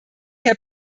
herr